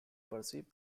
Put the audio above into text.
perceive